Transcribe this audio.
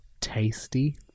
tasty